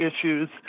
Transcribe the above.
issues